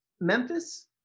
Memphis